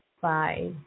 Bye